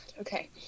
Okay